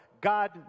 God